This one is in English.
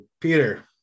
Peter